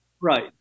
right